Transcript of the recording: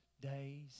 days